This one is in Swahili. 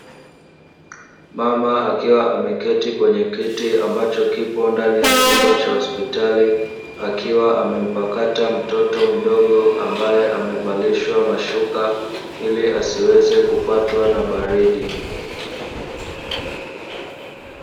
Mama akiwa ameketi kwenye kiti ambacho kipo ndani ya chumba cha hospitali, akiwa amempakata mtoto mdogo, ambaye amevalishwa mashuka ili asiweze kupatwa na baridi.